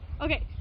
Okay